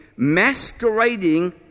masquerading